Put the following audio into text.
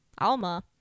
Alma